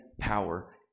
power